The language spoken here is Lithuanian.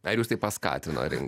ar jus tai paskatino